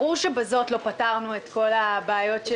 ברור שבזאת לא פתרנו את כל הבעיות של